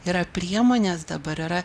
yra priemonės dabar yra